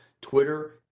Twitter